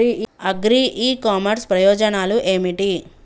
Agri e commerce ప్రయోజనాలు ఏమిటి?